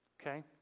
Okay